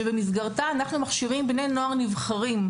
שבמסגרתה אנחנו מכשירים בני נוער נבחרים,